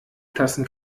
tassen